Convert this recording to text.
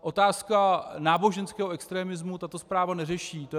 Otázku náboženského extremismu tato zpráva neřeší.